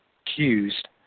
accused